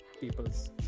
peoples